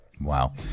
Wow